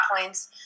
points